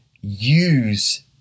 use